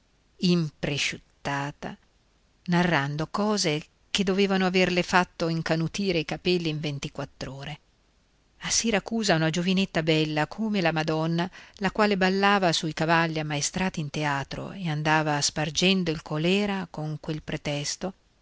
verde impresciuttita narrando cose che dovevano averle fatto incanutire i capelli in ventiquattr'ore a siracusa una giovinetta bella come la madonna la quale ballava sui cavalli ammaestrati in teatro e andava spargendo il colèra con quel pretesto